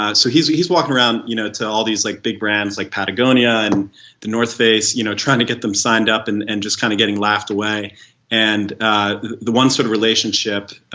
ah so he is he is walking around you know to all these like big brands like patagonia and the north face, you know trying to get them signed up and and just kind of getting laughed away and the one sort of relationship